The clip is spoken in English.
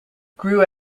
grew